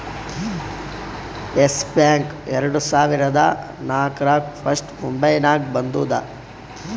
S bank ಎರಡು ಸಾವಿರದಾ ನಾಕ್ರಾಗ್ ಫಸ್ಟ್ ಮುಂಬೈನಾಗ ಬಂದೂದ